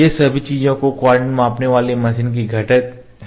ये सभी चीजें कोऑर्डिनेट मापने वाली मशीन के घटक हैं